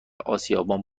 آسیابان